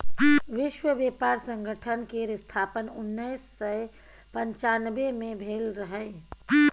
विश्व बेपार संगठन केर स्थापन उन्नैस सय पनचानबे मे भेल रहय